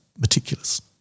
meticulous